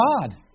God